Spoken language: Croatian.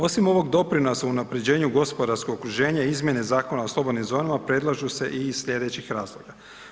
Osim ovog doprinosa unaprjeđenju gospodarskog okruženja izmjene Zakona o slobodnim zonama predlažu se i iz sljedećih razloga.